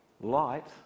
light